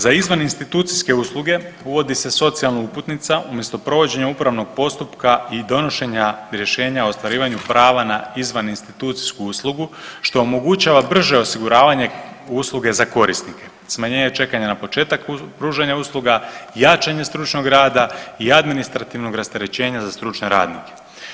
Za izvan institucijske usluge uvodi se socijalna uputnica umjesto provođenja upravnog postupka i donošenja rješenja o ostvarivanju prava na izvan institucijsku uslugu što omogućava brže osiguravanje usluge za korisnike, smanjenje čekanja na početak pružanja usluga, jačanje stručnog rada i administrativnog rasterećenja za stručne radnike.